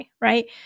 right